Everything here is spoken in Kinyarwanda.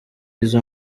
izo